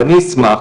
ואני אשמח